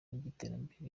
y’iterambere